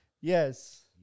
Yes